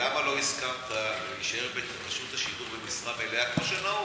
הסכמת להישאר ברשות השידור במשרה מלאה, כמו שנהוג?